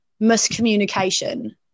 miscommunication